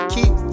Keep